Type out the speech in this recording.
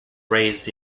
raised